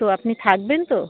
তো আপনি থাকবেন তো